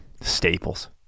Staples